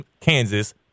Kansas